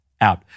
out